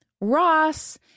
Ross